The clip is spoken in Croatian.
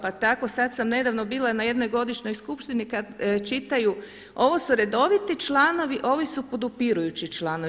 Pa tako sada sam nedavno bila na jednoj godišnjoj skupštini kada čitaju, ovo su redoviti članovi, ovi su podupirujući članovi.